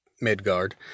Midgard